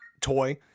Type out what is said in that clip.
toy